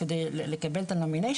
אז,